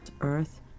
Earth